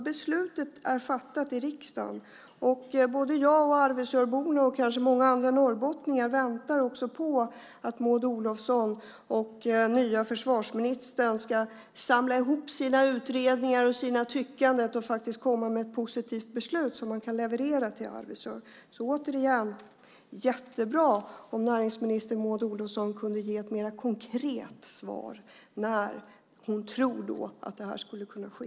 Beslutet är fattat i riksdagen. Både jag och Arvidsjaurborna, och kanske många andra norrbottningar, väntar på att Maud Olofsson och försvarsministern ska samla ihop sina utredningar och sina tyckanden och komma med ett positivt beslut som man kan leverera till Arvidsjaur. Återigen: Det vore jättebra om näringsminister Maud Olofsson kunde ge ett mer konkret svar på när hon tror att detta skulle kunna ske.